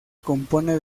compone